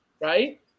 right